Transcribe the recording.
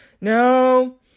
no